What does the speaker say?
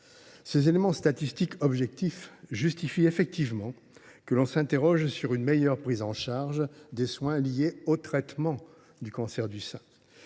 Ces éléments statistiques objectifs justifient effectivement que l’on s’interroge sur une meilleure prise en charge des soins liés au traitement du cancer du sein.